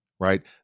right